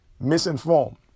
misinformed